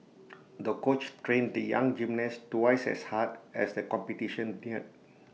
the coach trained the young gymnast twice as hard as the competition neared